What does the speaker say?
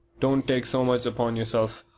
don't take so much upon yourself,